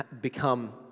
become